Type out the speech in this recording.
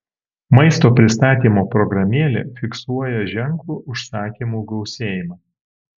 maisto pristatymo programėlė fiksuoja ženklų užsakymų gausėjimą